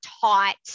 taught